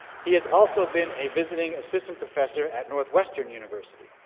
he is also been a visiting assistant professor at north western university.